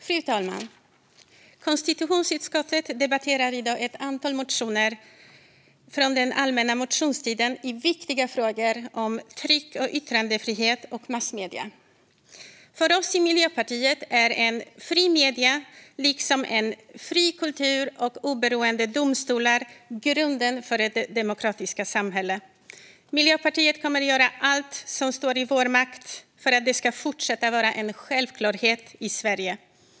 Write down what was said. Fru talman! Konstitutionsutskottet debatterar i dag ett antal motioner från den allmänna motionstiden om viktiga frågor om tryck och yttrandefrihet och massmedier. För oss i Miljöpartiet är fria medier liksom en fri kultur och oberoende domstolar grunden för ett demokratiskt samhälle. Miljöpartiet kommer att göra allt som står i vår makt för att det ska fortsätta att vara en självklarhet i Sverige.